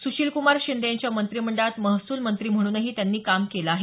सुशिलकुमार शिंदे यांच्या मंत्रिमंडळात महसूल मंत्री म्हणूनही त्यांनी काम केलं आहे